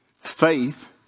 Faith